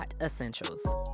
Essentials